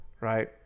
right